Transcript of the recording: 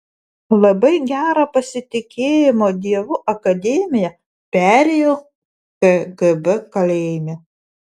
labai gerą pasitikėjimo dievu akademiją perėjau kgb kalėjime